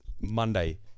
Monday